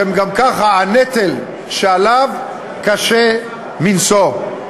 שגם ככה הנטל שעליו קשה מנשוא.